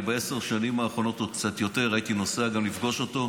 בעשר השנים האחרונות או קצת יותר הייתי גם נוסע לפגוש אותו.